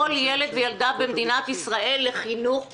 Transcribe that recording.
ילד וילדה במדינת ישראל לחינוך שווה.